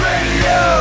Radio